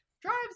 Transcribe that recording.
Drives